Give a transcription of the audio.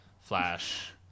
flash